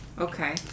Okay